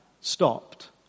stopped